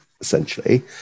essentially